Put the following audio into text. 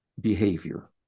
behavior